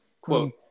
Quote